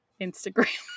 Instagram